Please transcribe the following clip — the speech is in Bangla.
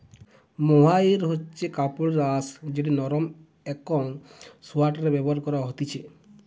মোহাইর হচ্ছে কাপড়ের আঁশ যেটি নরম একং সোয়াটারে ব্যবহার করা হতিছে